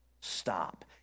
stop